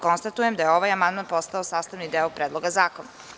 Konstatujem da je ovaj amandman postao sastavni deo Predloga zakona.